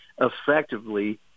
effectively